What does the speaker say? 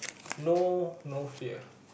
no no fear